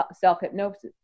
self-hypnosis